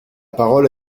parole